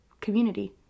Community